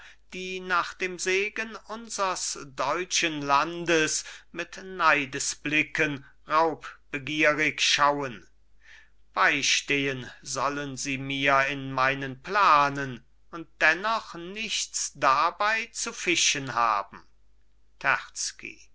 die nach dem segen unsers deutschen landes mit neidesblicken raubbegierig schauen beistehen sollen sie mir in meinen planen und dennoch nichts dabei zu fischen haben